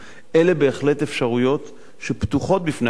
אלה בהחלט אפשרויות שפתוחות בפני הרשויות המקומיות,